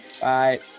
Bye